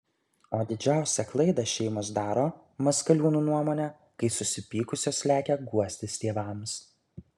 o didžiausią klaidą šeimos daro maskaliūnų nuomone kai susipykusios lekia guostis tėvams